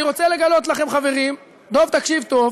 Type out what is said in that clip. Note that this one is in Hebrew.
ואגב, אני רוצה לגלות לכם, חברים, דב, תקשיב טוב: